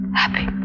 happy